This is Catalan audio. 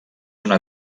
una